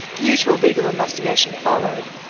the usual legal investigation followed.